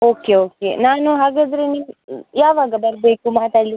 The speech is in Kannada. ಓಕೆ ಓಕೆ ನಾನು ಹಾಗಾದರೆ ನೀವು ಯಾವಾಗ ಬರಬೇಕು ಮಾತಾಡಲಿಕ್ಕೆ